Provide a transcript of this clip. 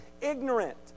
ignorant